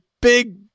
big